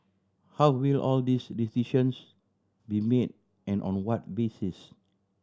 how will all these decisions be made and on what basis